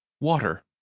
Water